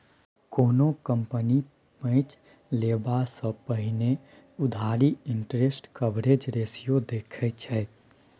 कोनो कंपनी पैंच लेबा सँ पहिने उधारी इंटरेस्ट कवरेज रेशियो देखै छै